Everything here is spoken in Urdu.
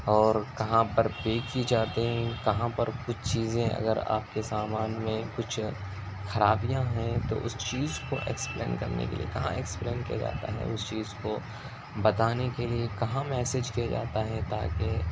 اور کہاں پر پے کی جاتے ہیں کہاں پر کچھ چیزیں اگر آپ کے سامان میں کچھ خرابیاں ہیں تو اس چیز کو ایکسپلین کرنے کے لیے کہاں ایکسپلین کیا جاتا ہے اس چیز کو بتانے کے لیے کہاں میسیج کیا جاتا ہے تاکہ